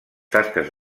tasques